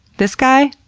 this guy,